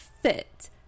fit